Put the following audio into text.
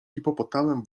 hipopotamem